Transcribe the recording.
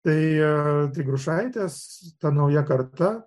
tai grušaitės ta nauja karta